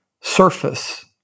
surface